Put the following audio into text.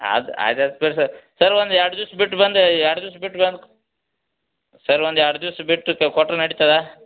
ಅದು ಅದಷ್ಟೇ sir sir ಒಂದು ಎರಡು ದಿವ್ಸ ಬಿಟ್ಟು ಬಂದು ಎರಡು ದಿವ್ಸ ಬಿಟ್ಟು ಬಂದು ಸರ್ ಒಂದು ಎರಡು ದಿವ್ಸ ಬಿಟ್ಟು ತ ಕೊಟ್ರೆ ನೆಡಿತದ್ಯಾ